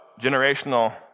generational